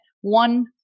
One